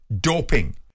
doping